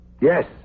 Yes